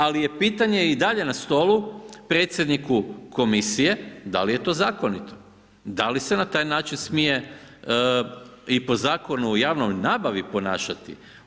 Ali je pitanje i dalje na stolu predsjedniku komisije da li je to zakonito, da li se na taj način smije i po Zakonu o javnoj nabavi ponašati?